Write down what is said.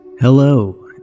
Hello